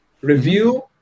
review